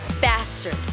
bastard